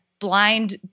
blind